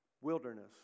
wilderness